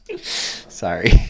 sorry